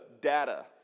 data